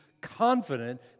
confident